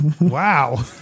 wow